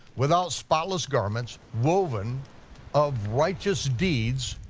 without spotless garments, woven of righteous deeds,